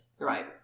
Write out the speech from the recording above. Right